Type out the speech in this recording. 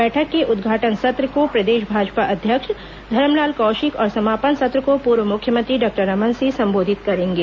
बैठक के उद्घाटन सत्र को प्रदेश भाजपा अध्यक्ष धरमलाल कौशिक और समापन सत्र को पूर्व मुख्यमंत्री डॉक्टर रमन सिंह संबोधित करेंगे